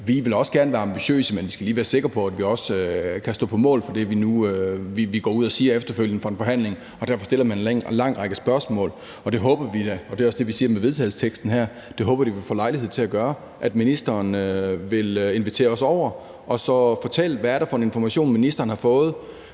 Vi vil også gerne være ambitiøse, men vi skal lige være sikre på, at vi også kan stå på mål for det, vi nu går ud og siger efter en forhandling. Derfor stiller man en lang række spørgsmål. Det håber vi da – og det er også det, vi siger med vedtagelsesteksten her – at vi får lejlighed til at gøre, ved at ministeren vil invitere os over og så fortælle, hvad det er for en information, ministeren har fået,